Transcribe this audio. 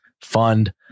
fund